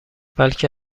بلکه